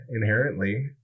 inherently